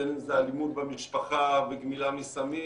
בין אם זה אלימות במשפחה וגמילה מסמים